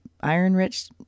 iron-rich